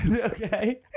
Okay